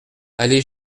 allée